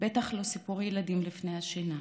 ובטח לא סיפור ילדים לפני השינה.